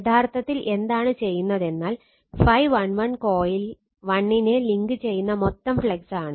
യഥാർത്ഥത്തിൽ എന്താണ് ചെയ്യുന്നതെന്നാൽ ∅11 കോയിൽ 1 നെ ലിങ്ക് ചെയ്യുന്ന മൊത്തം ഫ്ലക്സ് ആണ്